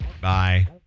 Bye